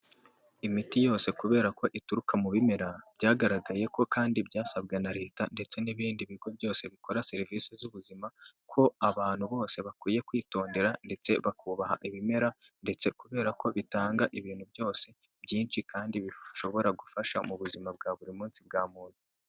Imiti yose kubera ko ituruka mu bimera, byagaragaye ko kandi byasabwe na Leta ndetse n'ibindi bigo byose bikora serivisi z'ubuzima ko abantu bose bakwiye kwitondera ndetse bakubaha ibimera ndetse kubera ko bitanga ibintu byose, byinshi, kandi bishobora gufasha mu buzima bwa buri munsi bwa muntu.